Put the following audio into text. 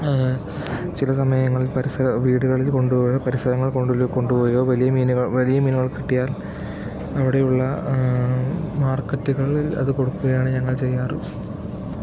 ചിലസമയങ്ങളിൽ പരിസര വീടുകളിൽ കൊണ്ടുപോയോ പരിസരങ്ങൾ കൂടെ കൊണ്ടുപോകയോ വലിയ മീനുകൾ വലിയ മീനുകൾ കിട്ടിയാൽ അവിടെയുള്ള മാർക്കറ്റുകളിൽ അത് കൊടുക്കുകയാണ് ഞങ്ങൾ ചെയ്യാറ്